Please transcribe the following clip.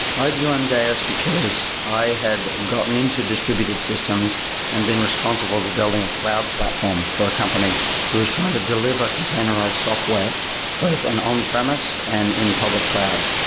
i joined deis because i had gotten into distributed systems and been responsible for building a cloud platform for a company who is trying to deliver containerized software both on on-premise and in public cloud.